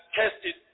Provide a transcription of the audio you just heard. tested